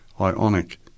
Ionic